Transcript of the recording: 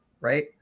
right